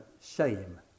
shame